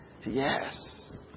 Yes